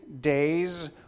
days